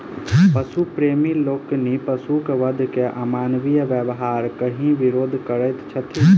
पशु प्रेमी लोकनि पशुक वध के अमानवीय व्यवहार कहि विरोध करैत छथि